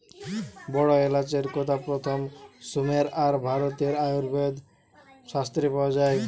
বড় এলাচের কথা প্রথম সুমের আর ভারতের আয়ুর্বেদ শাস্ত্রে পাওয়া যায়